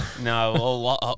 No